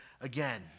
again